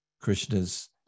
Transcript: Krishna's